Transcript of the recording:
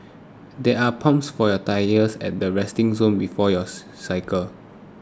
there are pumps for your tyres at the resting zone before you cycle